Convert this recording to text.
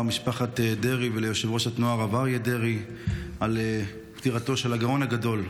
משפחת דרעי ויושב-ראש התנועה הרב אריה דרעי על פטירתו של הגאון הגדול,